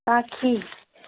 ꯇꯥꯈꯤ